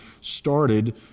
started